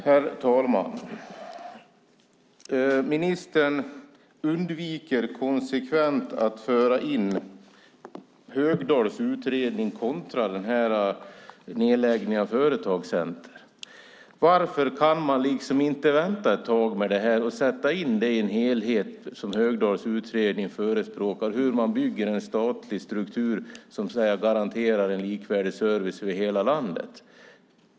Herr talman! Ministern undviker konsekvent att föra in Högdahls utredning när det gäller nedläggningen av företagscenter. Varför kan man inte vänta ett tag med detta och sätta in det i en helhet, som Högdahls utredning förespråkar? Det handlar om hur man bygger en statlig struktur som garanterar en likvärdig service för hela landet.